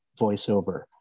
voiceover